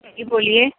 جی بولئے